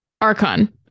Archon